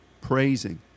praising